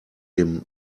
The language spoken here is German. dem